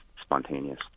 spontaneous